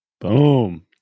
Boom